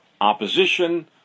Opposition